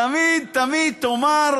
תמיד תמיד תאמר: